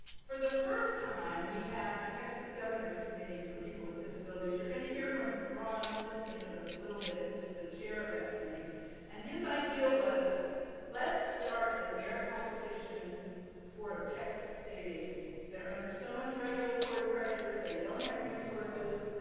for the first time we have the texas governor's committee for people with disabilities. you're going to hear from ron lucey in little bit who's the chair of that committee and his idea was let's start an air competition for texas state agencies they're under so much regulatory pressure, they don't have resources,